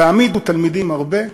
והעמידו תלמידים הרבה,